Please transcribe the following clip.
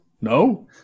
No